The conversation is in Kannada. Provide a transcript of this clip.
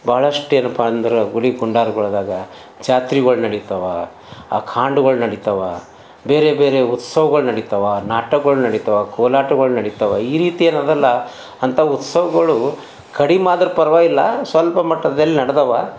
ಬಹಳಷ್ಟು ಏನಪ್ಪ ಅಂದ್ರೆ ಗುಡಿ ಗೊಂಡಾರ್ಗೊಳದಾಗ ಜಾತ್ರಿಗಳ್ ನಡೀತಾವ ಅಖಾಂಡ್ಗಳ್ ನಡೀತಾವ ಬೇರೆ ಬೇರೆ ಉತ್ಸವ್ಗಳ್ ನಡೀತಾವ ನಾಟಕ್ಗಳ್ ನಡೀತಾವ ಕೋಲಾಟ್ಗಳ್ ನಡೀತಾವ ಈ ರೀತಿ ಏನದಲ್ಲ ಅಂಥಾ ಉತ್ಸವ್ಗಳು ಕಡಿಮಾದ್ರೆ ಪರ್ವಾಗಿಲ್ಲ ಸ್ವಲ್ಪ ಮಟ್ಟದಲ್ಲಿ ನಡ್ದಾವ